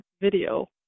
video